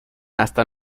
hasta